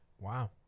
Wow